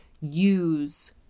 use